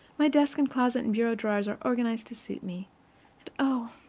my desk and closet and bureau drawers are organized to suit me oh,